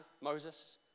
Moses